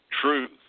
truth